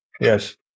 Yes